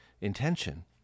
intention